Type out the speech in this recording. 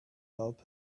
help